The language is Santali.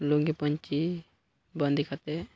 ᱞᱩᱝᱜᱤ ᱯᱟᱹᱧᱪᱤ ᱵᱟᱸᱫᱮ ᱠᱟᱛᱮᱫ